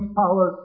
power